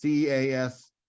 CAS